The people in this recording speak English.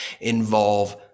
involve